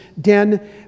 den